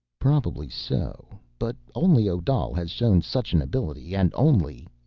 probably so. but only odal has shown such an ability, and only.